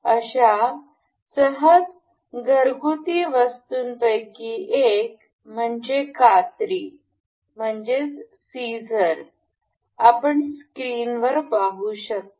अशा सहज घरगुती वस्तूंपैकी एक म्हणजे कात्री आपण स्क्रीनवर पाहू शकता